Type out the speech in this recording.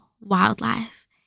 wildlife